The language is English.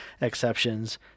exceptions